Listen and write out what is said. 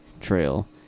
trail